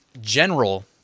general